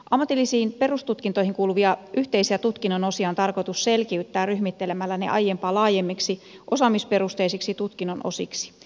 ammatillisiin perustutkintoihin kuuluvia yhteisiä tutkinnonosia on tarkoitus selkiyttää ryhmittelemällä ne aiempaa laajemmiksi osaamisperusteisiksi tutkinnonosiksi